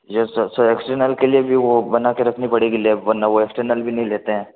yes sir sir external के लिए वो बना कर रखनी पड़ेगी लैब वरना वो एक्सटर्नल भी नहीं लेते हैं